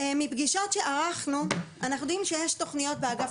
מפגישות שערכנו אנחנו יודעים שיש תוכניות באגף